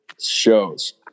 shows